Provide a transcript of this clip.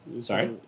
Sorry